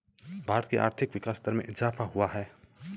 भारत की आर्थिक विकास दर में इजाफ़ा हुआ है